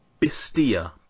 Bistia